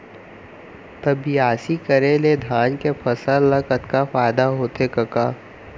त बियासी करे ले धान के फसल ल कतका फायदा होथे कका?